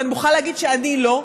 ואני מוכרחה להגיד שאני לא,